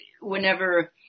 whenever –